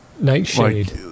nightshade